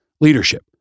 leadership